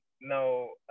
no